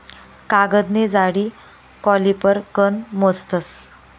कागदनी जाडी कॉलिपर कन मोजतस